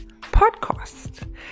podcast